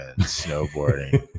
snowboarding